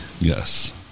Yes